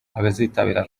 abazitabira